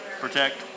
protect